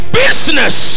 business